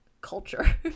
culture